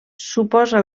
suposa